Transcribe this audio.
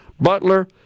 Butler